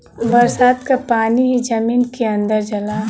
बरसात क पानी ही जमीन के अंदर जाला